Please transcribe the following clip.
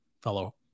fellow